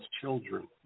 children